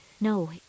No